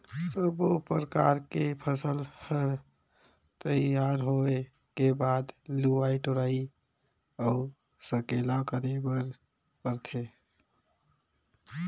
सब्बो परकर के फसल हर तइयार होए के बाद मे लवई टोराई अउ सकेला करे बर परथे